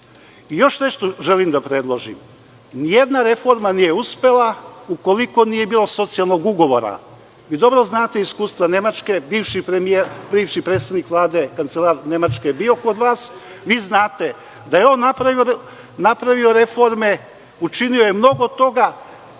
nešto želim da predložim, nijedna reforma nije uspela ukoliko nije bilo socijalnog ugovora. Vi dobro znate iskustva Nemačke, bivši predsednik Vlade, kancelar Nemačke je bio kod vas, vi znate da je napravio reforme, učinio je mnogo toga,